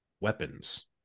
weapons